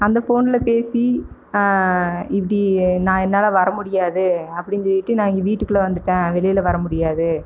அந்த ஃபோனில் பேசி இப்படி நான் என்னால் வரமுடியாது அப்படின்னு சொல்லிவிட்டு நான் எங்கள் வீட்டுக்குள்ளே வந்துவிட்டேன் வெளியில் வரமுடியாது